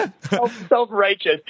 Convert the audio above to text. self-righteous